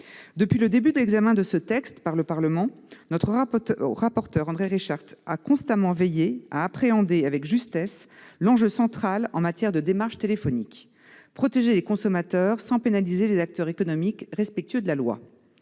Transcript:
Depuis le début de l'examen de ce texte par le Parlement, notre rapporteur, André Reichardt, a constamment veillé à appréhender avec justesse l'enjeu central en matière de démarches téléphoniques : protéger les consommateurs sans pénaliser les acteurs économiques respectueux de la loi.